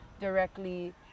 directly